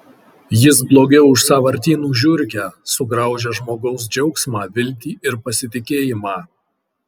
jis blogiau už sąvartynų žiurkę sugraužia žmogaus džiaugsmą viltį ir pasitikėjimą